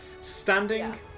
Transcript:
Standing